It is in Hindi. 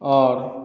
और